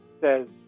says